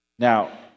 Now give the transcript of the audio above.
Now